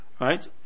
right